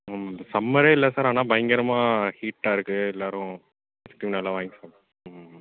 ம் இந்த சம்மரே இல்லை சார் ஆனால் பயங்கரமாக ஹீட்டாக இருக்குது எல்லோரும் ஐஸ்கிரீம் நல்லா வாங்கி சாப் ம் ம்